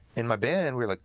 and my band, we were like,